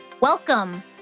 Welcome